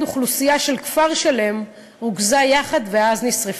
אוכלוסייה של כפר שלם רוכזה יחד ואז נשרפה.